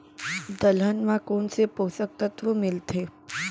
दलहन म कोन से पोसक तत्व मिलथे?